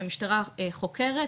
שהמטרה חוקרת,